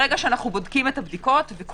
ברגע שאנחנו בודקים את הבדיקות וכולם